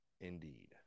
indeed